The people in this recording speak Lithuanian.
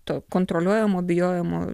to kontroliuojamo bijojimo